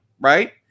Right